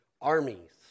armies